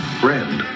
friend